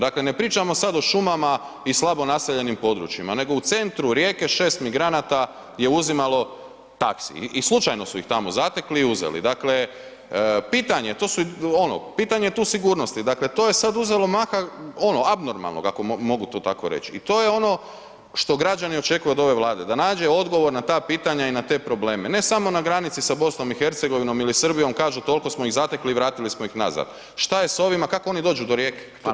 Dakle ne pričamo sad o šumama i slabo naseljenim područjima nego u centru Rijeke, 6 migranata je uzimalo taksi i slučajno su ih tamo zatekli i uzeli, dakle pitanje, to su ono, pitanje je tu sigurnosti, dakle to je sad uzelo maha ono abnormalnoga ako mogu to tako reći i to je ono što građani očekuju od ove Vlade, da nađe odgovore na ta pitanja i na te probleme, ne samo na granici sa BiH-om ili Srbijom, kažu toliko smo ih zatekli i vratili smo ih nazad, šta je sa ovim, kako oni dođu do Rijeke?